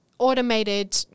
automated